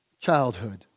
childhood